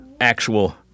actual